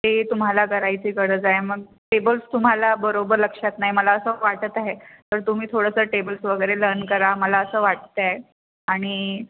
ते तुम्हाला करायची गरज आहे मग टेबल्स तुम्हाला बरोबर लक्षात नाही मला असं वाटत आहे तर तुम्ही थोडंसं टेबल्स वगैरे लन करा मला असं वाटते आणि